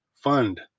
Fund